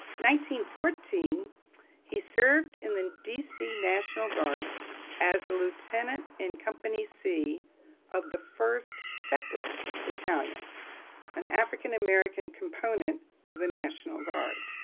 nineteen fourteen he served in the d c. national guard as a lieutenant in company c of the first separate battalion an african american component of the national guard.